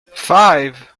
five